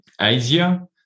Asia